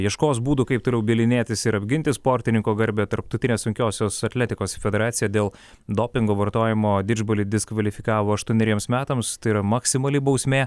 ieškos būdų kaip toliau bylinėtis ir apginti sportininko garbę tarptautinė sunkiosios atletikos federacija dėl dopingo vartojimo didžbalį diskvalifikavo aštuoneriems metams tai yra maksimali bausmė